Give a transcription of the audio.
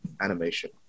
animation